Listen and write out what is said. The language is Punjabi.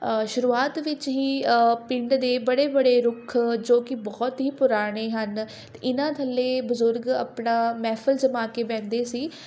ਸ਼ੁਰੂਆਤ ਵਿੱਚ ਹੀ ਪਿੰਡ ਦੇ ਬੜੇ ਬੜੇ ਰੁੱਖ ਜੋ ਕਿ ਬਹੁਤ ਹੀ ਪੁਰਾਣੇ ਹਨ ਇਹਨਾਂ ਥੱਲੇ ਬਜ਼ੁਰਗ ਆਪਣਾ ਮਹਿਫਲ ਜਮਾ ਕੇ ਬਹਿੰਦੇ ਸੀ